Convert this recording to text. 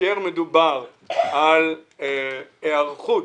כאשר מדובר על היערכות